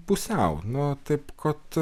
pusiau nu taip kad